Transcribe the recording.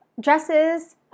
dresses